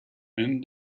and